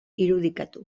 irudikatu